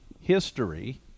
history